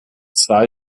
zwei